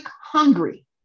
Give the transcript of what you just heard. hungry